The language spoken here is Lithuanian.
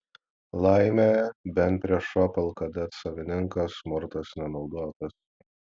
laimė bent prieš opel kadet savininką smurtas nenaudotas